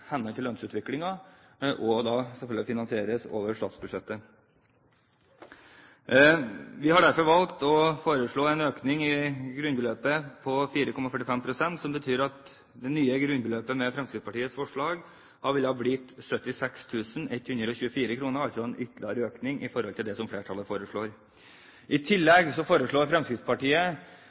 henhold til lønnsutviklingen, og selvfølgelig finansieres over statsbudsjettet. Vi har derfor valgt å foreslå en økning i grunnbeløpet på 4,45 pst., som betyr at det nye grunnbeløpet med Fremskrittspartiets forslag ville blitt 76 124 kr, altså en ytterligere økning i forhold til det som flertallet foreslår. I tillegg foreslår Fremskrittspartiet